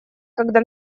когда